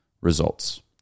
results